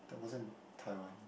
that wasn't Taiwan